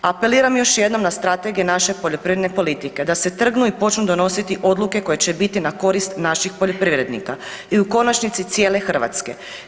Apeliram još jednom na strategije naše poljoprivredne politike da se trgnu i počnu donositi odluke koje će biti na korist naših poljoprivrednika i u konačnici cijele Hrvatske.